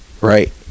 Right